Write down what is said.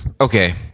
okay